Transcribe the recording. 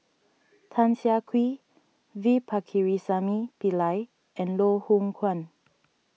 Tan Siah Kwee V Pakirisamy Pillai and Loh Hoong Kwan